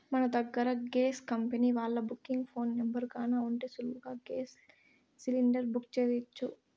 మన దగ్గర gas company వాల్ల బుకింగ్ ఫోను నెంబరు గాన ఉంటే సులువుగా గేస్ సిలిండర్ని బుక్ సెయ్యొచ్చు